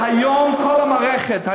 היום כל המערכת,